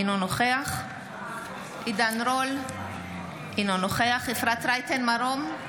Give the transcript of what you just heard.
אינו נוכח עידן רול, אינו נוכח אפרת רייטן מרום,